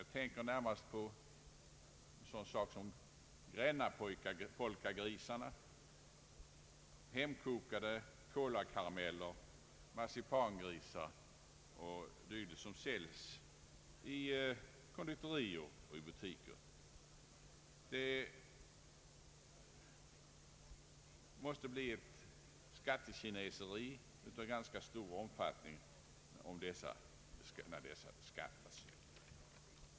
Jag tänker närmast på sådana saker som Grännapolkagrisar, hemkokta kolakarameller, marsipangrisar och dylikt som säljs i konditorier och butiker. Att dessa varor beskattas måste innebära skattekineseri av ganska stor omfattning.